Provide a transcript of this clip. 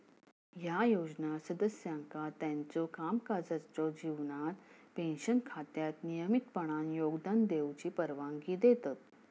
ह्या योजना सदस्यांका त्यांच्यो कामकाजाच्यो जीवनात पेन्शन खात्यात नियमितपणान योगदान देऊची परवानगी देतत